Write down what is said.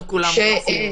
מאוד קשים,